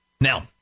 Now